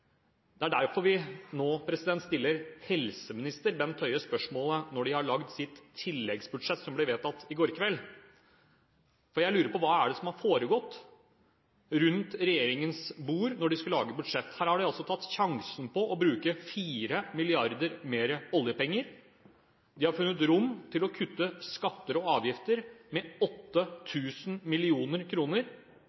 Det er derfor vi stiller helseminister Bent Høie spørsmål nå når de har laget sitt tilleggsbudsjett som ble vedtatt i går kveld. Jeg lurer på hva som har foregått rundt regjeringens bord når de skulle lage budsjett. Her har de tatt sjansen på å bruke 4 mrd. kr mer oljepenger. De har funnet rom for å kutte skatter og avgifter med